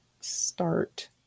start